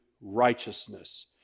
righteousness